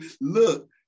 look